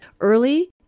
Early